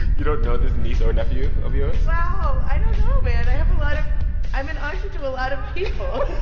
you don't know this niece or nephew of yours? wow. i don't know, man. i have a lot of i'm an auntie to a lot of people oh,